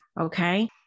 Okay